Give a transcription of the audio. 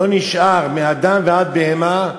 לא נשאר, "מאדם ועד בהמה,